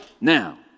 Now